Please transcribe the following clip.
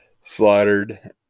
slaughtered